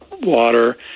water